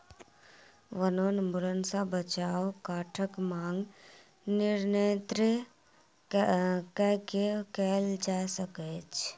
वनोन्मूलन सॅ बचाव काठक मांग नियंत्रित कय के कयल जा सकै छै